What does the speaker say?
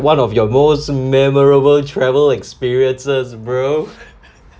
one of your most memorable travel experiences bro